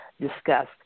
discussed